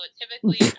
typically